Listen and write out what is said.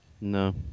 No